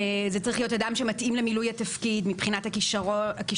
זה צריך להיות אדם שמתאים למילוי התפקיד מבחינת הכישורים,